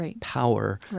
power